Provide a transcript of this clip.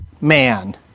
man